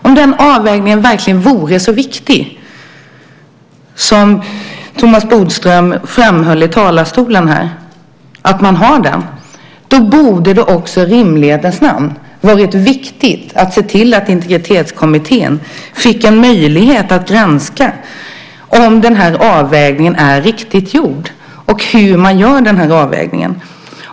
Om den avvägningen verkligen vore så viktig som Thomas Bodström framhöll i talarstolen borde det också i rimlighetens namn ha varit viktigt att se till att Integritetskommittén fick möjlighet att granska om avvägningen är riktigt gjord och hur man gör avvägningen.